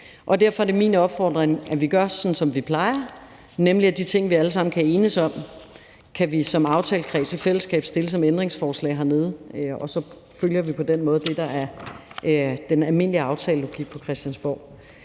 Derfor er det min opfordring, at vi gør, som vi plejer, nemlig at de ting, vi alle sammen kan enes om, kan vi som aftalekreds i fællesskab stille som ændringsforslag hernede, og så følger vi på den måde det, der er den almindelige aftalelogik på Christiansborg.